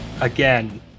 again